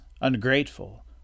ungrateful